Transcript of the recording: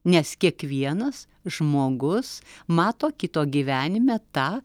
nes kiekvienas žmogus mato kito gyvenime tą